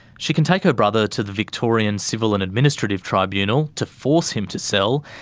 she can take her brother to the victorian civil and administrative tribunal to force him to sell.